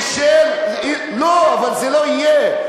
זה לא יהיה.